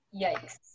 Yikes